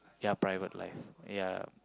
ya private life ya